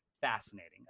fascinating